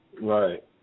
Right